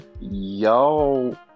Y'all